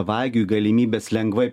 vagiui galimybės lengvai